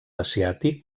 asiàtic